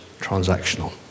transactional